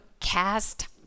cast